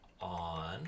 on